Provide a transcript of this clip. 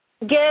Good